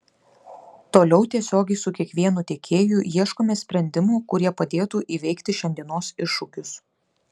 toliau tiesiogiai su kiekvienu tiekėju ieškome sprendimų kurie padėtų įveikti šiandienos iššūkius